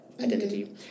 identity